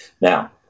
Now